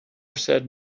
said